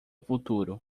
futuro